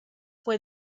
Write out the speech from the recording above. fue